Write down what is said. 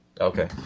Okay